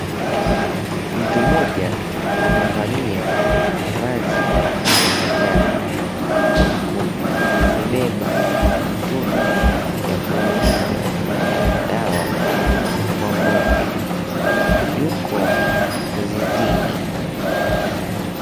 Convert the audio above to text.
Mtu mmoja amevalia vazi ya manjano, huku amebeba mtungi ya kunyunyiza dawa kwa ng'ombe. Yuko zizini.